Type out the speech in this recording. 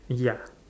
ya